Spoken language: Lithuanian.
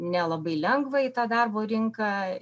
nelabai lengva į tą darbo rinką